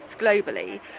globally